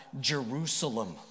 Jerusalem